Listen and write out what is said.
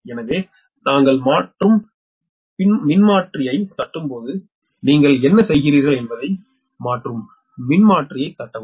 எனவே நாங்கள் மாற்றும் மின்மாற்றியைத் தட்டும்போது நீங்கள் என்ன செய்கிறீர்கள் என்பதை மாற்றும் மின்மாற்றியைத் தட்டவும்